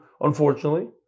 unfortunately